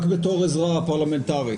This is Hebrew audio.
רק בתור עזרה פרלמנטרית.